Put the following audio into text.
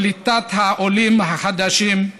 קליטת העולים החדשים,